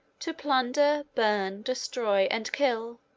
to plunder, burn, destroy, and kill,